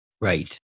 Right